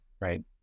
Right